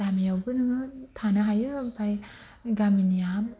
गामिआवबो नोङो थानो हायो आमफ्राय गामिनिया